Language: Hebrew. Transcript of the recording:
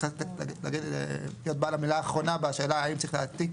להיות בעל המילה האחרונה בשאלה של האם צריך להעתיק